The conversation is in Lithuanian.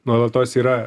nuolatos yra